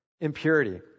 Impurity